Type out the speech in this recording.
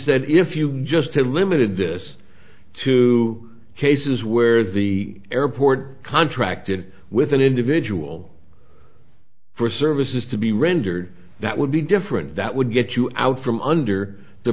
said if you just have limited this to cases where the airport contracted with an individual for services to be rendered that would be different that would get you out from under the